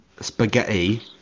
spaghetti